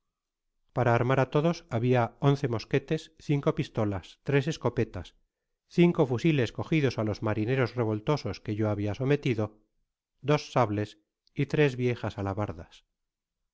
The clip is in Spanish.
para armar á todos habia once mosquetes cincopistolas tres escopetas cinco fusiles cogidos á loa martóten revoltosos que yo habia sometido dos sables y tres viejas alabardas